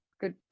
good